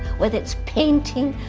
whether it's painting,